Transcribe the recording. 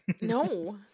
No